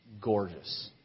gorgeous